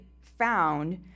found